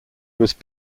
was